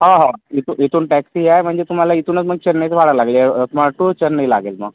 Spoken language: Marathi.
हो हो इतू इथून टॅक्सी आहे म्हणजे तुम्हाला इथूनंच मग चेन्नईचं काढायला लागेल य यवतमाळ टू चेन्नई लागेल मग